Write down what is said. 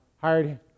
hired